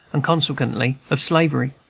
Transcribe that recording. and consequently of slavery.